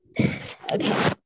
Okay